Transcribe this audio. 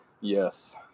Yes